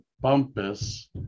Bumpus